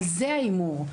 על זה ההימור.